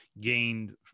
gained